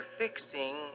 fixing